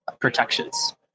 protections